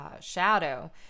shadow